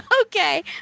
Okay